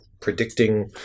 predicting